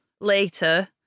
later